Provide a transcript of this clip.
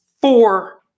four